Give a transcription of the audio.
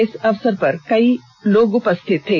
इस अवसर पर कई लोग उपस्थित थे